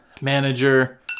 manager